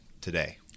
today